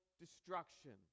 destruction